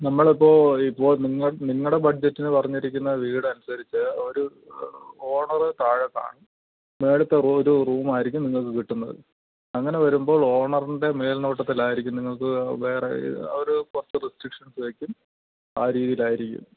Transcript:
നമ്മൾ ഇപ്പോൾ ഇപ്പോൾ നിങ്ങൾ നിങ്ങളുടെ ബഡ്ജറ്റിന് പറഞ്ഞിരിക്കുന്ന വീട് അനുസരിച്ച് ഒരു ഓണറ് താഴത്താണ് മേളത്തെ റൂ ഒരു റൂ ആയിരിക്കും നിങ്ങൾക്ക് കിട്ടുന്നത് അങ്ങനെ വരുമ്പോൾ ഓണറിൻ്റെ മേൽനോട്ടത്തിലായിരിക്കും നിങ്ങൾക്ക് വേറെ ഒരു കുറച്ച് റിസ്ട്രിക്ഷൻസ് വെക്കും ആ രീതിയിലായിരിക്കും